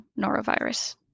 norovirus